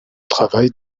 travail